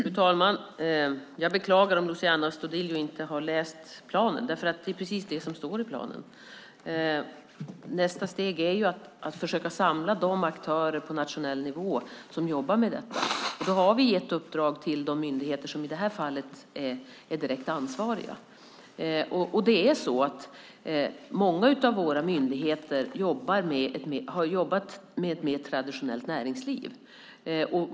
Fru talman! Jag beklagar om Luciano Astudillo inte har läst planen. Det är precis detta som står i planen. Nästa steg är att försöka samla de aktörer på nationell nivå som jobbar med detta. Vi har gett uppdrag till de myndigheter som i det här fallet är direkt ansvariga. Många av våra myndigheter har jobbat med ett mer traditionellt näringsliv.